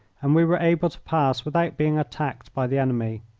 and we were able to pass without being attacked by the enemy.